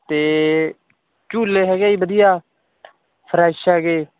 ਅਤੇ ਝੂਲੇ ਹੈਗੇ ਜੀ ਵਧੀਆ ਫਰੈਸ਼ ਹੈਗੇ